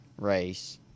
race